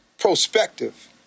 Prospective